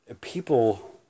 People